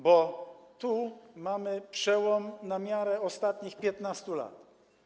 Bo tu mamy przełom na miarę ostatnich 15 lat.